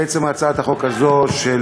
בעצם הצעת החוק הזאת של